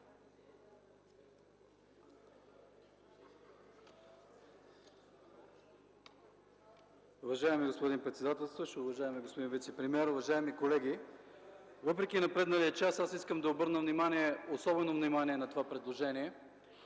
Уважаеми господин председател, уважаеми господин вицепремиер, уважаеми колеги! Въпреки напредналия час искам да обърна особено внимание на това предложение,